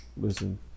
listen